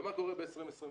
ומה קורה ב-2021.